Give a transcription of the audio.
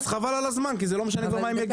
אז חבל על הזמן כי זה לא משנה מה הם יגידו.